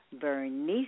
Bernice